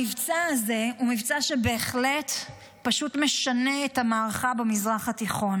המבצע הזה הוא מבצע שבהחלט פשוט משנה את המערכה במזרח התיכון,